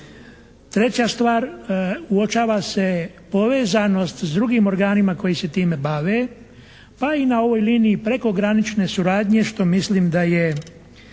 Treća stvar, uočava se povezanost s drugim organima koji se time bave pa i na ovoj liniji prekogranične suradnje što mislim da je